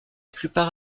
plupart